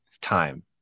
time